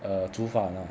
err 煮法呢